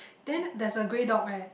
then there's a grey dog right